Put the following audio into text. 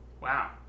Wow